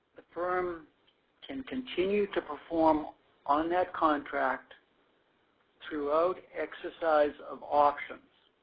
the firm can continue to perform on that contract through oath exercise of options.